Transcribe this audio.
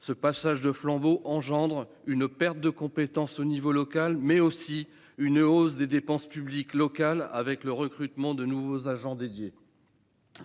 ce passage de flambeau engendre une perte de compétences à l'échelon local, mais aussi une hausse des dépenses publiques locales du fait du recrutement de nouveaux agents dédiés.